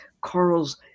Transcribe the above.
corals